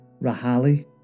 Rahali